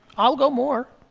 i'll go more.